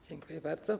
Dziękuję bardzo.